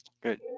Good